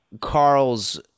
Carl's